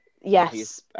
Yes